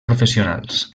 professionals